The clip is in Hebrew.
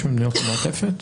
יש במדינות המעטפת?